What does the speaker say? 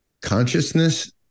consciousness